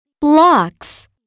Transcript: Blocks